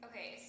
Okay